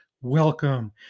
welcome